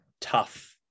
tough